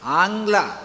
angla